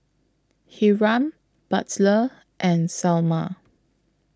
Hiram Butler and Selma